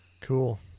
cool